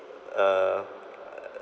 uh